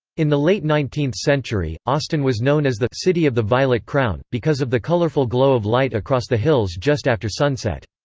in the late nineteenth century, austin was known as the city of the violet crown, because of the colorful glow of light across the hills just after sunset.